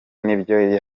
nibyo